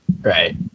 Right